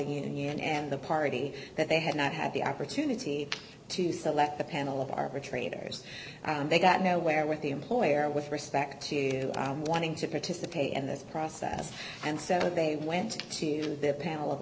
union and the party that they have not had the opportunity to select the panel of arbitrators they got nowhere with the employer with respect to wanting to participate in this process and said they went to their panel of